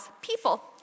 people